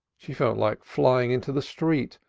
she felt like flying into the street,